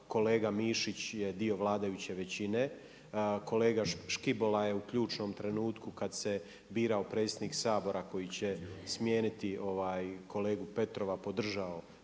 Kolega Mišić je dio vladajuće većine. Kolega Škibola je u ključnom trenutku kad se birao predsjednik Sabora koji će smijeniti kolegu Petrova podržao